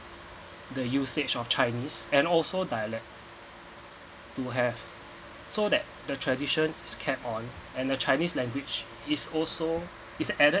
the usage of chinese and also dialect to have so that the tradition is kept on and the chinese language is also is added